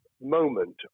moment